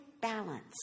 balance